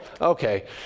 okay